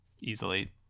easily